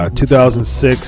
2006